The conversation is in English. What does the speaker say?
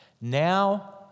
now